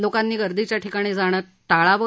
लोकांनी गर्दीच्या ठिकाणी जाणं टाळावं